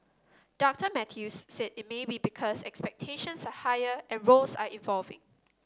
Doctor Mathews said it may be because expectations higher and roles are evolving